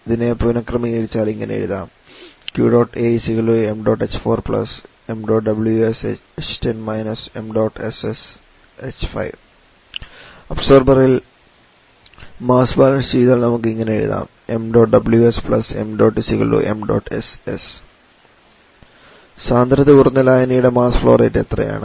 ഇതിനെ പുന ക്രമീകരിച്ചാൽ ഇങ്ങനെ എഴുതാം അബ്സോർബർ ഇൽ മാസ് ബാലൻസ് ചെയ്താൽ നമുക്ക് ഇങ്ങനെ എഴുതാം സാന്ദ്രത കുറഞ്ഞ ലായനിയുടെ മാസ് ഫ്ലോ റേറ്റ് എത്രയാണ്